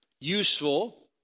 useful